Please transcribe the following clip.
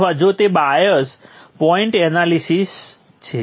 અથવા જો તે બાયસ પોઇન્ટ એનાલિસીસ છે